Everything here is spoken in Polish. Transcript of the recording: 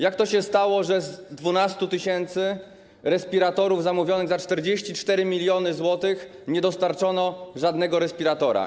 Jak to się stało, że z 12 tys. respiratorów zamówionych za 44 mln zł nie dostarczono żadnego respiratora?